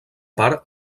part